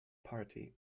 party